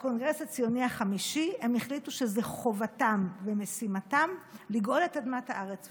בקונגרס הציוני החמישי החליטו שזאת חובתם ומשימתם לגאול את אדמת הארץ,